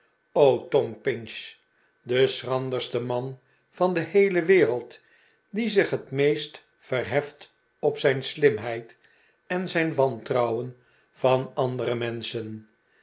tom pinch de schranderste man van de heele wereld die zich het meest verheft op zijn slimheid en zijn wantrouwen van andere menschen